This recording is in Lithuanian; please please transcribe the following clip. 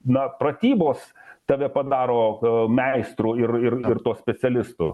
na pratybos tave padaro meistru ir ir tuo specialistu